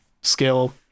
skill